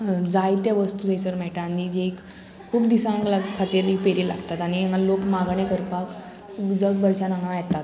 जायते वस्तू थंयसर मेळटा आनी जी खूब दिसांक खातीर ही फेरी लागतात आनी हांगा लोक मागणें करपाक जगभरच्यान हांगा येतात